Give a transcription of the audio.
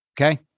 Okay